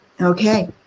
Okay